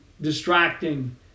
distracting